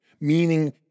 meaning